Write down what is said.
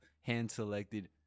hand-selected